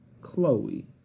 Chloe